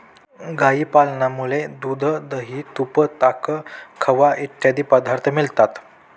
गाय पालनामुळे दूध, दही, तूप, ताक, खवा इत्यादी पदार्थ मिळतात